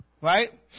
right